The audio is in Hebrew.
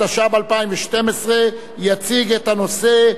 התשע"ב 2012. יציג את הנושא,